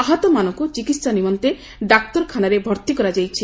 ଆହତମାନଙ୍କୁ ଚିକିହା ନିମନ୍ତେ ଡାକ୍ତରଖାନାରେ ଭର୍ତି କରାଯାଇଛି